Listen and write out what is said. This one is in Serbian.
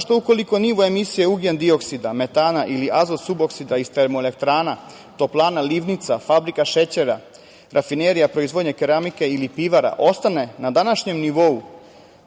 što, ukoliko nivo emisije ugljendioksida, metana ili azotsuboksida iz termoelektrana, toplana, livnica, fabrika šećera, rafinerija, proizvodnje keramike ili pivara ostane na današnjem nivou,